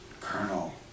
Colonel